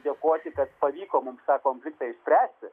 dėkoti kad pavyko mums tą konfliktą išpręsti